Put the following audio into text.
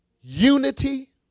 unity